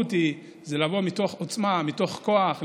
המשמעות היא לבוא מתוך עוצמה, מתוך כוח.